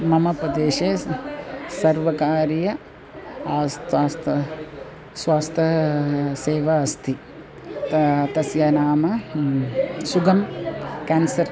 मम प्रदेशे स् सर्वकारीय आस्त् अस्ति स्वास्थ्यसेवा अस्ति त तस्य नाम सुगं कान्सर्